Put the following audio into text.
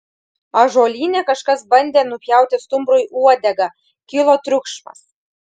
ąžuolyne kažkas bandė nupjauti stumbrui uodegą kilo triukšmas